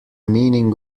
meaning